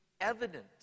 evident